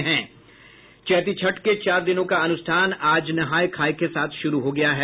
चैती छठ के चार दिनों का अनुष्ठान आज नहाय खाय के साथ शुरू हो गया है